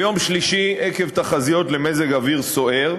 ביום שלישי, עקב תחזיות למזג אוויר סוער,